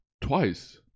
twice